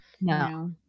No